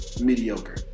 mediocre